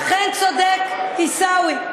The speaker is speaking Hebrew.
אכן, צודק עיסאווי: